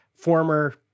former